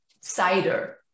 cider